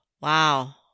Wow